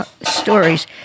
stories